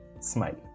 smile